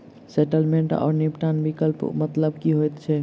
Settlement आओर निपटान विकल्पक मतलब की होइत छैक?